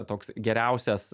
toks geriausias